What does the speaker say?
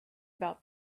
about